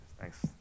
Thanks